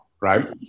right